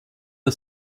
der